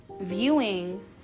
viewing